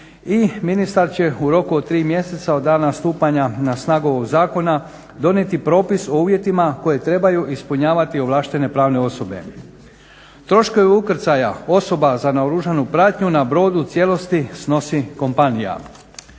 I ministar će u roku od tri mjeseca od dana stupanja na snagu ovog zakona donijeti propis o uvjetima koje trebaju ispunjavati ovlaštene pravne osobe. Troškovi ukrcaja osoba za naoružanu pratnju na brodu u cijelosti snosi kompanije.